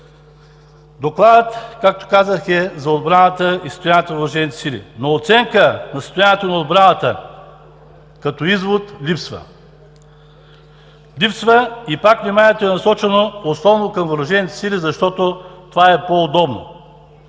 Докладът, както казах, е за отбраната и състоянието на Въоръжените сили, но оценка на състоянието на отбраната като извод липсва. Липсва и пак вниманието е насочено основно към Въоръжените сили, защото това е по-удобно.